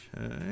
Okay